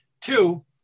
Two